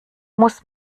muss